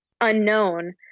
unknown